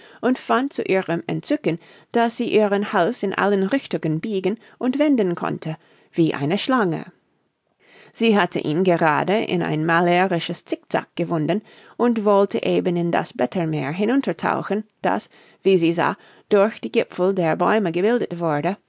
und fand zu ihrem entzücken daß sie ihren hals in allen richtungen biegen und wenden konnte wie eine schlange sie hatte ihn gerade in ein malerisches zickzack gewunden und wollte eben in das blättermeer hinunter tauchen das wie sie sah durch die gipfel der bäume gebildet wurde